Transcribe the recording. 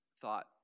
thought